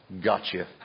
gotcha